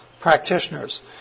practitioners